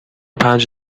پنج